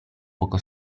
poco